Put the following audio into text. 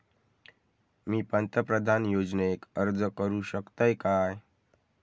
मी पंतप्रधान योजनेक अर्ज करू शकतय काय?